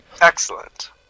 Excellent